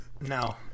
No